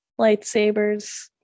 lightsabers